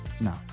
No